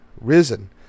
risen